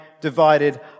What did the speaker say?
divided